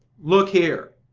look here,